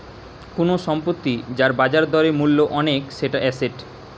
কুনু সম্পত্তি যার বাজার দরে মূল্য অনেক সেটা এসেট